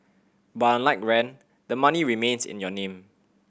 but unlike rent the money remains in your name